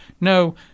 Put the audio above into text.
No